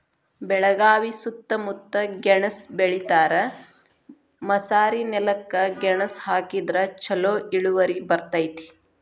ಬೆಳಗಾವಿ ಸೂತ್ತಮುತ್ತ ಗೆಣಸ್ ಬೆಳಿತಾರ, ಮಸಾರಿನೆಲಕ್ಕ ಗೆಣಸ ಹಾಕಿದ್ರ ಛಲೋ ಇಳುವರಿ ಬರ್ತೈತಿ